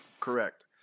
correct